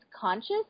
conscious